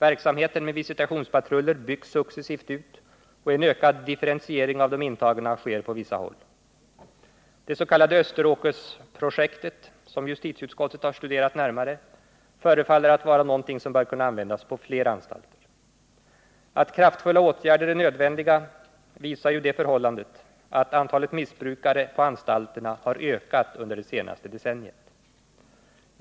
Verksamheten med visitationspatruller byggs successivt ut, och en ökad differentiering av de intagna sker på vissa håll. De erfarenheter som gjorts i samband med det s.k. Österåkerprojektet, som justitieutskottet har studerat närmare, förefaller att vara någonting som bör kunna användas på fler anstalter. Att kraftfulla åtgärder är nödvändiga visar ju det förhållandet att antalet missbrukare på anstalterna har ökat under det senaste decenniet.